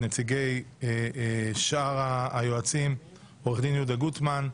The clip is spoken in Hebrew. נציגי שאר היועצים: עו"ד יהודה גוטמן,